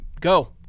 go